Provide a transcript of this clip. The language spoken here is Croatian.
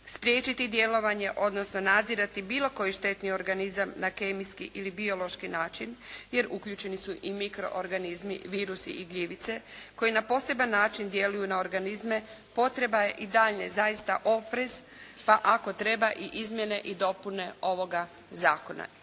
spriječiti djelovanje odnosno nadzirati bilo koji štetni organizam na kemijski ili biološki način jer uključeni su i mikroorganizmi, virusi i gljivice koji na poseban način djeluju na organizme. Potreba je i daljnje zaista oprez pa ako treba i izmjene i dopune ovoga zakona.